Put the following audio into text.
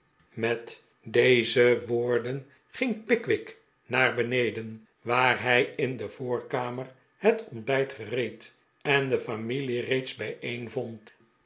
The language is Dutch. met deze woorden ging pickwick naar beneden waar hij in de voorkamer het ontbijt gereed en de familie reeds bijeen vond